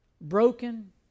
broken